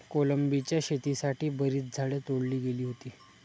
कोलंबीच्या शेतीसाठी बरीच झाडे तोडली गेली होती